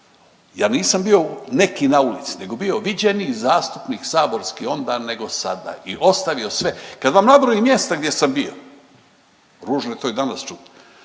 Ja nisam bio neki na ulici, nego bio viđeni zastupnik saborski onda nego sada i ostavio sve. Kad vam nabrojim mjesta gdje sam bio, ružno je to i danas čuti,